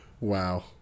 Wow